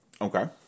Okay